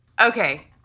okay